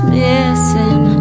missing